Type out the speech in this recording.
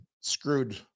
screwed